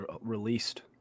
released